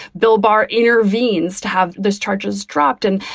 bill barr intervenes to have these charges dropped. and,